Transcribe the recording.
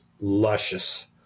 luscious